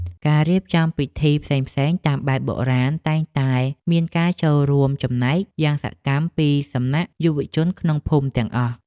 ការរៀបចំពិធីផ្សេងៗតាមបែបបុរាណតែងតែមានការចូលរួមចំណែកយ៉ាងសកម្មពីសំណាក់យុវជនក្នុងភូមិទាំងអស់។